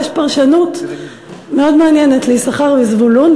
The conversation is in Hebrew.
יש פרשנות מאוד מעניינת לעניין יששכר וזבולון,